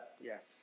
Yes